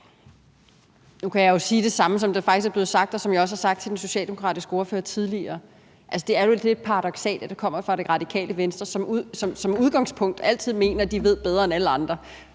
Nu kan jeg jo sige det samme, som der faktisk er blevet sagt, og som jeg også har sagt til den socialdemokratiske ordfører tidligere: Altså, det er vel lidt paradoksalt, at det kommer fra Radikale Venstre, der som udgangspunkt altid mener, at de ved bedre end alle andre,